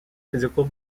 physical